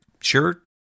sure